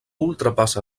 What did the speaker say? ultrapassa